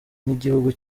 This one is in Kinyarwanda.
nk’igihugu